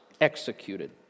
executed